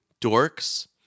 dorks